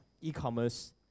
e-commerce